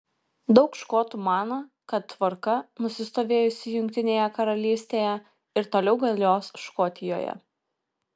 daug škotų mano kad tvarka nusistovėjusi jungtinėje karalystėje ir toliau galios škotijoje